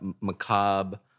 macabre